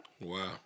Wow